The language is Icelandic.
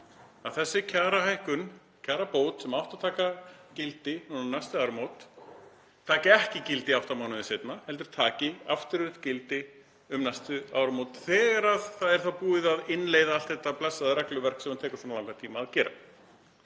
að þessi kjarahækkun, kjarabót sem átti að taka gildi um næstu áramót, taki ekki gildi átta mánuðum seinna heldur taki afturvirkt gildi um næstu áramót þegar búið er að innleiða allt þetta blessaða regluverk sem tekur svona langan tíma að gera.